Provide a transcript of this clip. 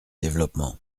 développement